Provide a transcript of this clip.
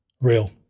Real